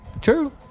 True